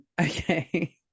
Okay